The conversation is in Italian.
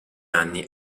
anni